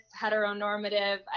heteronormative